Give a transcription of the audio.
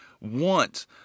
want